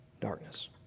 darkness